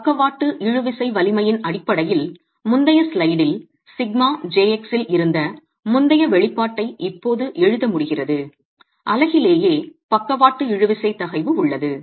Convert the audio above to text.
பக்கவாட்டு இழுவிசை வலிமையின் அடிப்படையில் முந்தைய ஸ்லைடில் σjx இல் இருந்த முந்தைய வெளிப்பாட்டை இப்போது எழுத முடிகிறது அலகிலேயே பக்கவாட்டு இழுவிசை தகைவு உள்ளது